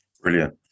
Brilliant